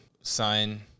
sign